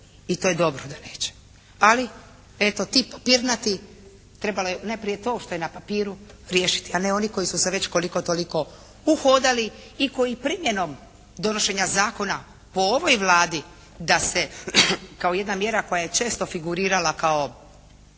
i to je dobro da neće. Ali, eto ti papirnati trebalo je najprije to što je na papiru riješiti, a ne oni koji su se već koliko toliko uhodali i koji primjenom donošenja zakona po ovoj Vladi da se kao jedna mjera koja je često figurirala kao